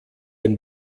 ein